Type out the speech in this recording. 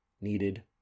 needed